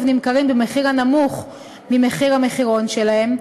נמכרים במחיר הנמוך ממחיר המחירון שלהם,